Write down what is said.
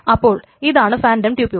അപ്പോൾ ഇതാണ് phantom tuple